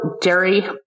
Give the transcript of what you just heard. dairy